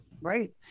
Right